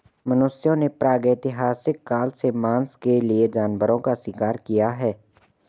मनुष्यों ने प्रागैतिहासिक काल से मांस के लिए जानवरों का शिकार किया है